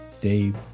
Dave